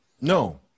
no